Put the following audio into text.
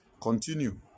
Continue